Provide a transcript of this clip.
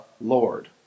Lord